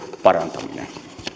parantaminen